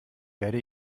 werde